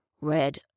Red